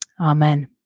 amen